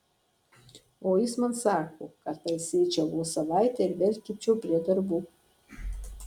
o jis man sako kad pailsėčiau vos savaitę ir vėl kibčiau prie darbų